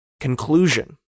conclusion